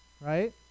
right